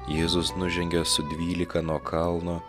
jėzus nužengė su dvylika nuo kalno